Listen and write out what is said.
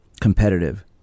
competitive